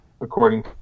according